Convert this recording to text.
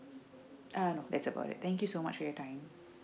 uh no that's about it thank you so much for your time